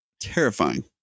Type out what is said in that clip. Terrifying